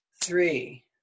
Three